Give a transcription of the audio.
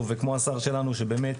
אגב,